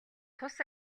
тус